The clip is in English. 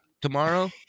tomorrow